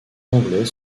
anglais